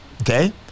Okay